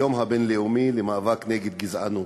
היום הבין-לאומי למאבק בגזענות.